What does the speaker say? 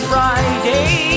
Friday